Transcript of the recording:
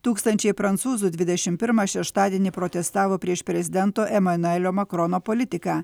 tūkstančiai prancūzų dvidešim pirmą šeštadienį protestavo prieš prezidento emanuelio makrono politiką